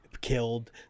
killed